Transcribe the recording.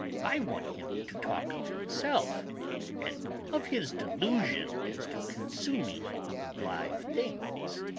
i want him to talk of himself and of his delusion as to consuming live things.